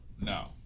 No